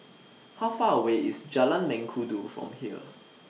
How Far away IS Jalan Mengkudu from here